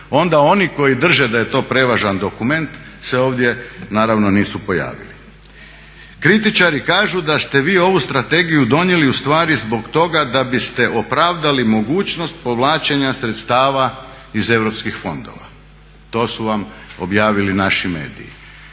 onda oni koji drže da je to prevažan dokument se ovdje naravno nisu pojavili. Kritičari kažu da ste vi ovu strategiju donijeli ustvari zbog toga da biste opravdali mogućnost povlačenja sredstava iz europskih fondova, to su vam objavili naši mediji.